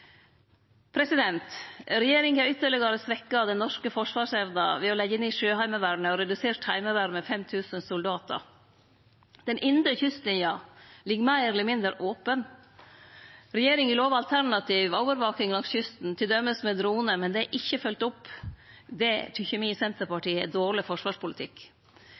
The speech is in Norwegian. Regjeringa har ytterlegare svekt den norske forsvarsevna ved å leggje ned Sjøheimevernet og redusere Heimevernet med 5 000 soldatar. Den indre kystlinja ligg meir eller mindre open. Regjeringa lova alternativ overvaking langs kysten, t.d. med dronar, men det er ikkje følgd opp. Det tykkjer me i Senterpartiet er dårleg forsvarspolitikk.